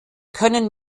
können